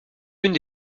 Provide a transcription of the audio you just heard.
l’une